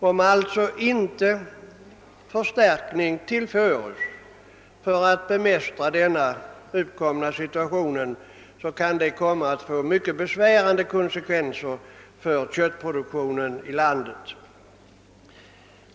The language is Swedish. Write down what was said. Om det alltså inte lämnas någon hjälp för bemästrande av den uppkomna situationen kan konsekvenserna bli mycket besvärande för köttproduktionen i landet.